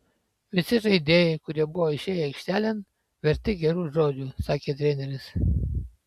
visi žaidėjai kurie buvo išėję aikštelėn verti gerų žodžių sakė treneris